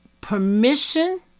permission